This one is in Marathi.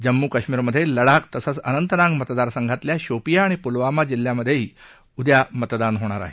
जम्मू कश्मीरमधे लडाख तसंच अनंतनाग मतदारसंघातल्या शोपियां आणि पुलवामा जिल्ह्यांमधे उद्या मतदान होईल